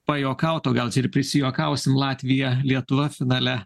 pajuokaut o gal čia ir prisijuokausim latvija lietuva finale